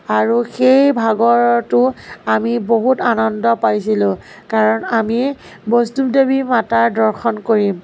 আৰু সেই ভাগৰটো আমি বহুত আনন্দ পাইছিলোঁ কাৰণ আমি বৈষ্ণৱদেৱী মাতাৰ দৰ্শন কৰিম